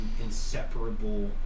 inseparable